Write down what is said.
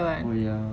oh ya